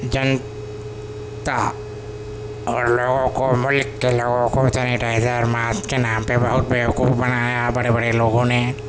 جنتا اور لوگوں کو ملک کے لوگوں کو سینیٹائزر ماسک کے نام پہ بہت بےوقوف بنایا بڑے بڑے لوگوں نے